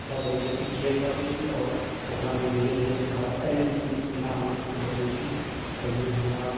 अच्छा तरीका से खेल सकै छी ओकरा मे धीरे धीरे सुधार अयले केना अनलहुॅं से बतबै छी पहिने हमरा से